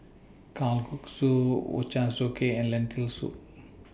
Kalguksu Ochazuke and Lentil Soup